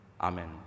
Amen